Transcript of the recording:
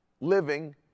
living